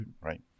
right